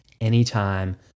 anytime